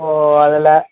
ஓ அதில்